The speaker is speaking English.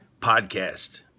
podcast